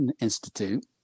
Institute